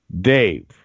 Dave